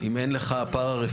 אם אין לך פרא-רפואי,